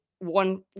One